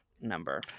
number